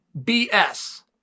BS